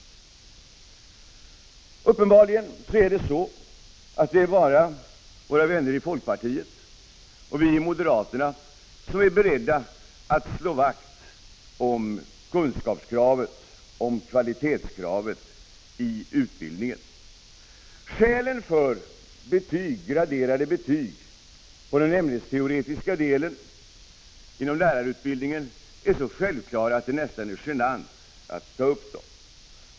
Uppenbarligen är det bara våra vänner i folkpartiet och vi i moderata samlingspartiet som är beredda att slå vakt om kunskapskravet, om kvalitetskravet i utbildningen. Skälen för graderade betyg på den ämnesteoretiska delen inom lärarutbildningen är så självklara att det nästan är genant att ta upp dem.